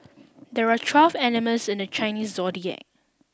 there are twelve animals in the Chinese zodiac